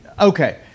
okay